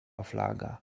flaga